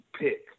pick